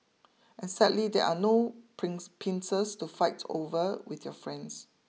and sadly there are no prince pincers to fight over with your friends